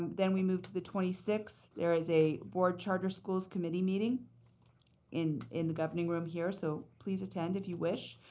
then we move to the twenty sixth there is a board charter schools committee meeting in in the governing room here, so please attend, if you wish.